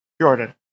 Jordan